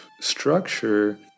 structure